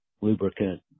lubricant